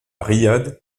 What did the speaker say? riyad